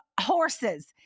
horses